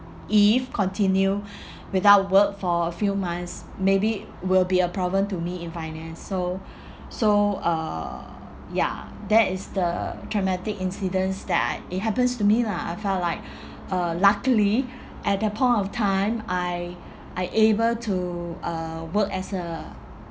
if continue without work for a few months maybe will be a problem to me in finance so so uh ya that is the traumatic incidents that I it happens to me lah I felt like uh luckily at that point of time I I able to uh work as a